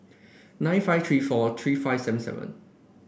nine five three four three five seven seven